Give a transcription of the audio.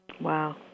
Wow